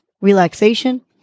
relaxation